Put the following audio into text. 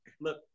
look